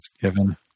given